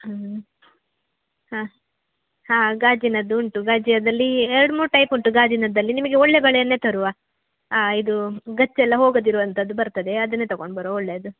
ಹ್ಞೂ ಹಾಂ ಹಾಂ ಗಾಜಿನದ್ದು ಉಂಟು ಗಾಜಿನದ್ದಲ್ಲಿ ಎರಡು ಮೂರು ಟೈಪ್ ಉಂಟು ಗಾಜಿನದ್ದಲ್ಲಿ ನಿಮಗೆ ಒಳ್ಳೆಯ ಬಳೆಯನ್ನೇ ತರುವ ಇದು ಗಚ್ಚೆಲ್ಲ ಹೋಗದಿರುವಂಥದ್ದು ಬರ್ತದೆ ಅದನ್ನೇ ತಗೊಂಡು ಬರುವ ಒಳ್ಳೆಯದು